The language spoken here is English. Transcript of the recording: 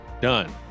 done